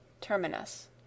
Terminus